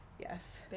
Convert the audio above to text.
Yes